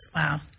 Wow